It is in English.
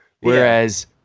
Whereas